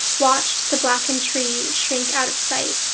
watched the blackened tree shrink out of sight.